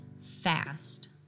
fast